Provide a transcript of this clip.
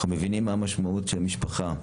אנחנו מבינים מה המשמעות של משפחה,